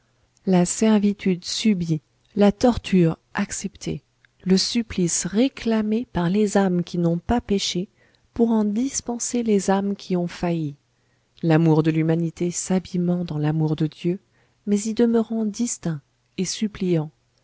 la servitude subie la torture acceptée le supplice réclamé par les âmes qui n'ont pas péché pour en dispenser les âmes qui ont failli l'amour de l'humanité s'abîmant dans l'amour de dieu mais y demeurant distinct et suppliant